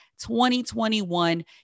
2021